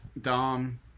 Dom